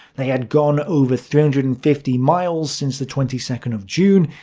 they had gone over three hundred and fifty miles since the twenty second of june,